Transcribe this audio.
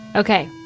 ok.